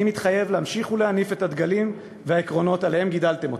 אני מתחייב להמשיך ולהניף את הדגלים והעקרונות שעליהם גידלתם אותי,